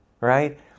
right